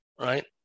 right